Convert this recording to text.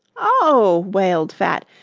oh! wailed fat,